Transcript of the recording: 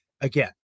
again